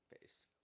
face